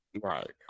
right